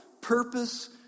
purpose